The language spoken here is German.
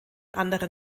anderen